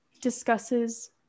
discusses